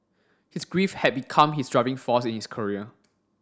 his grief had become his driving force in his career